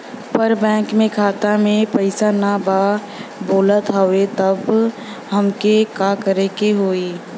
पर बैंक मे खाता मे पयीसा ना बा बोलत हउँव तब हमके का करे के होहीं?